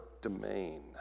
domain